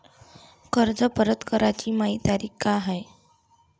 कर्ज परत कराची मायी तारीख का हाय?